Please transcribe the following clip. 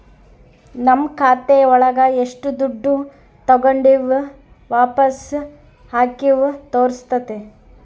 ನಮ್ ಖಾತೆ ಒಳಗ ಎಷ್ಟು ದುಡ್ಡು ತಾಗೊಂಡಿವ್ ವಾಪಸ್ ಹಾಕಿವಿ ತೋರ್ಸುತ್ತೆ